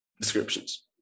descriptions